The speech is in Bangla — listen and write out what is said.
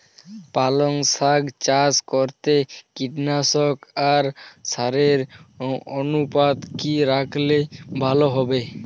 পালং শাক চাষ করতে কীটনাশক আর সারের অনুপাত কি রাখলে ভালো হবে?